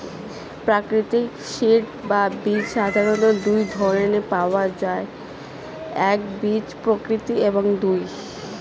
প্রাকৃতিক সিড বা বীজ প্রধানত দুই ধরনের পাওয়া যায় একবীজপত্রী এবং দুই